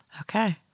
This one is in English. Okay